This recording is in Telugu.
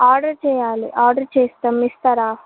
ఆర్డర్ చెయాలి ఆర్డర్ చేస్తాం ఇస్తారా